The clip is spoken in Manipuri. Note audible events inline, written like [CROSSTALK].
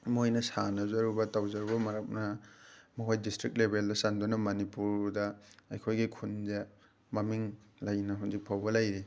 ꯃꯣꯏꯅ ꯁꯥꯟꯅꯖꯔꯨꯕ ꯇꯧꯖꯔꯨꯕ [UNINTELLIGIBLE] ꯃꯈꯣꯏ ꯗꯤꯁꯇ꯭ꯔꯤꯛ ꯂꯦꯕꯦꯜꯗ ꯆꯟꯗꯨꯅ ꯃꯅꯤꯄꯨꯔꯗ ꯑꯩꯈꯣꯏꯒꯤ ꯈꯨꯟꯁꯦ ꯃꯃꯤꯡ ꯂꯩꯅ ꯍꯧꯖꯤꯛ ꯐꯥꯎꯕ ꯂꯩꯔꯤ